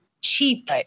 cheap